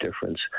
difference